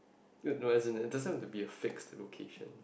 no as in it doesn't have to be a fixed location